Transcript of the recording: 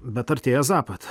bet artėja zapad